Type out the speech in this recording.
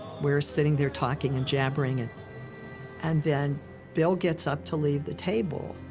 we're sitting there talking and jabbering, and and then bill gets up to leave the table,